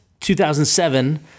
2007